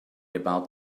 about